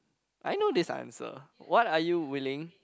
I know this answer what are you willing